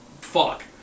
fuck